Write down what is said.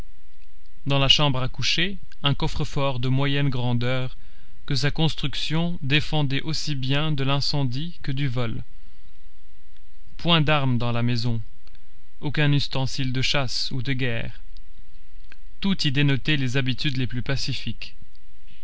dans la chambre à coucher un coffre-fort de moyenne grandeur que sa construction défendait aussi bien de l'incendie que du vol point d'armes dans la maison aucun ustensile de chasse ou de guerre tout y dénotait les habitudes les plus pacifiques